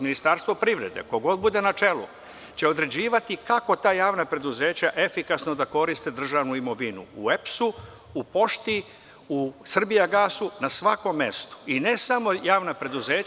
Ministarstvo privrede, ko god bude na čelu, će određivati kako ta javna preduzeća efikasno da koriste državnu imovinu u EPS-u, u Pošti, u „Srbijagasu“, na svakom mestu, i ne samo javna preduzeća.